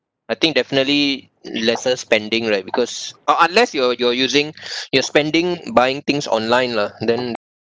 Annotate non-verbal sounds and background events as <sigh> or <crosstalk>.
I think definitely lesser spending right because uh unless you're you're using <breath> you're spending buying things online lah then